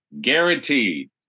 guaranteed